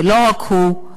ולא רק הוא,